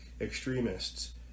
extremists